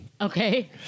Okay